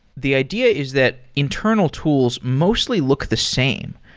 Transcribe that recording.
the idea is that internal tools mostly look the same.